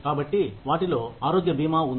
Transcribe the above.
కాబట్టి వాటిలో ఆరోగ్య బీమా ఉంది